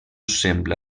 sembla